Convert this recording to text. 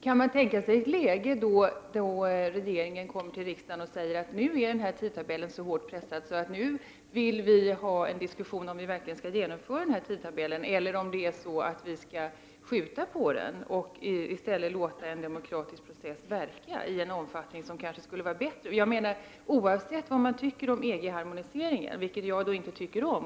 Kan man tänka sig ett läge när regeringen kommer till riksdagen och säger sig vara så hårt pressad av tidtabellen att den vill ha till stånd en diskussion om man verkligen skall genomföra arbetet enligt tidtabellen, eller om vi skall skjuta på den och i stället låta en demokratisk process verka i en omfattning som kanske skulle vara bättre? Jag tycker inte om EG-harmoniseringen, och det vet Anita Gradin.